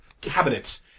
cabinet